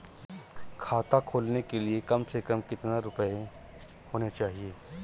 खाता खोलने के लिए कम से कम कितना रूपए होने चाहिए?